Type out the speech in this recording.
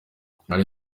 hari